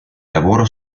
lavoro